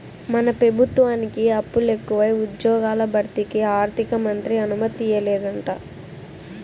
మన పెబుత్వానికి అప్పులెకువై ఉజ్జ్యోగాల భర్తీకి ఆర్థికమంత్రి అనుమతియ్యలేదంట